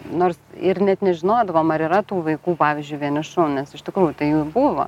nors ir net nežinodavom ar yra tų vaikų pavyzdžiui vienišų nes iš tikrųjų tai jų buvo